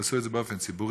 תעשו את זה באופן ציבורי,